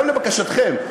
גם לבקשתכם,